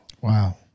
Wow